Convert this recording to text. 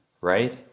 right